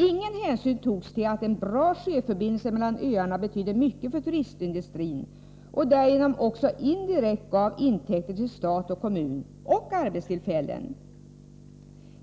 Ingen hänsyn togs till att en bra sjöförbindelse mellan öarna betydde mycket för turistindustrin och därigenom också indirekt gav intäkter till stat och kommun samt att den gav arbetstillfällen.